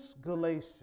Galatians